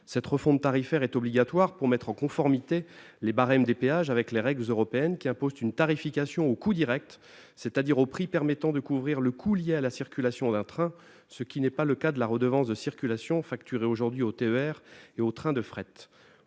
Cette refonte tarifaire est obligatoire pour mettre en conformité les barèmes des péages avec les règles européennes qui imposent une tarification « au coût direct », c'est-à-dire au prix permettant de couvrir le coût lié à la circulation d'un train, ce qui n'est pas le cas de la redevance de circulation facturée aujourd'hui aux TER et aux trains de fret.